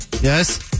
yes